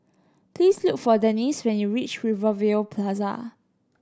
please look for Denese when you reach Rivervale Plaza